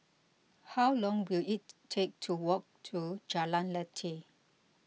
how long will it take to walk to Jalan Lateh